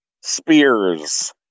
Spears